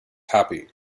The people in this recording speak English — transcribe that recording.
happy